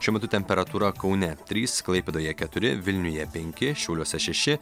šiuo metu temperatūra kaune trys klaipėdoje keturi vilniuje penki šiauliuose šeši